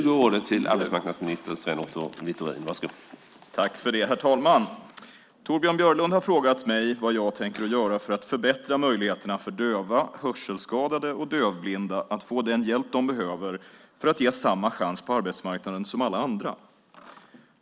Herr talman! Torbjörn Björlund har frågat mig vad jag tänker göra för att förbättra möjligheterna för döva, hörselskadade och dövblinda att få den hjälp de behöver för att ges samma chans på arbetsmarknaden som alla andra.